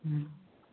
ହଁ